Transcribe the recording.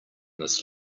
this